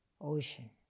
ocean